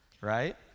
Right